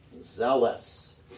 zealous